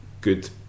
good